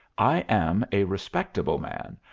i am a respectable man,